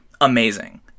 amazing